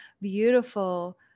beautiful